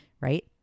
right